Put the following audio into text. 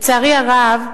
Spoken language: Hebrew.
לצערי הרב,